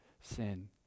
sin